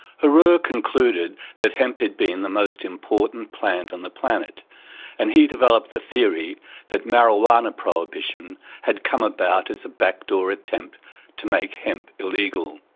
herer concluded that hemp had been the most important plant on the planet and he developed the theory that marijuana prohibition had come about as a back door attempt to make hemp illegal.